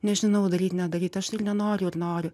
nežinau daryt nedaryt aš tai nenoriu ir noriu